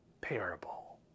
parable